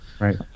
Right